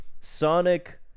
Sonic